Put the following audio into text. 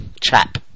chap